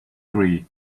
tree